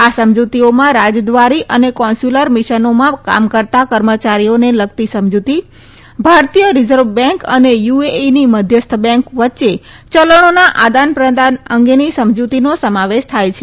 આ સમજૂતીઓમાં રાજદ્વારી અને કોન્સ્યુલર મિશનોમાં કામ કરતા કર્મચારીઓને લગતી સમજૂતી ભારતીય રિઝર્વ બેંક અને યુએઇની મધ્યસ્થ બેંક વચ્ચે યલણોના આદાનપ્રદાન અંગેની સમજૂતીનો સમાવેશ થાય છે